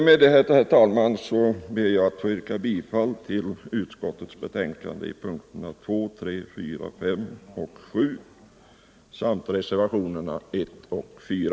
Med detta ber jag, herr talman, att få yrka bifall till utskottets hemställan under punkterna 2, 3, 4, 5 och 7 samt till reservationerna 1 och 4.